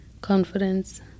confidence